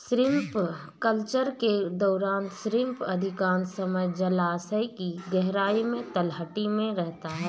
shrimp culture के दौरान shrimp अधिकांश समय जलायश की गहराई में तलहटी में रहता है